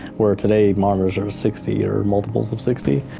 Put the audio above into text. where today, monitors are sixty or multiples of sixty.